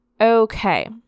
Okay